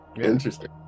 interesting